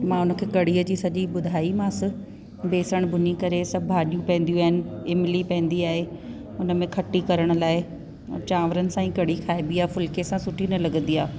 मां हुनखे कड़ीअ जी सॼी ॿुधाई मासि बेसण भुञी करे सब भाडियूं पवंदियूं आहिनि इमली पवंदी आहे हुन में खटी करण लाइ चांवरनि सां ई कड़ी खाइबी आहे फुलके सां सुठी न लॻंदी आहे